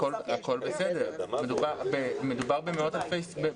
מאה אחוז, הכול בסדר, מדובר במאות אלפי סטודנטים.